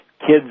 kids